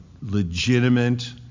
legitimate